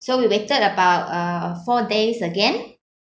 so we waited about uh four days again